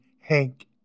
Hank